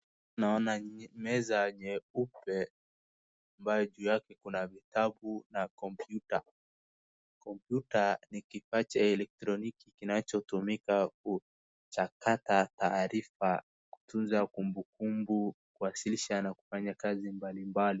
Naona meza nyeupe ambayo juu yake kuna vitabu na kompyuta. Kompyuta ni kipacha ya elektronik kinachotumika kuchakata taarifa, kutunza kumbukumbu, kuwasiliana na kufanya kazi mbalimbali.